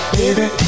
Baby